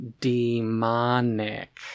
demonic